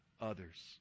others